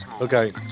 Okay